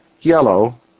yellow